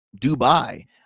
Dubai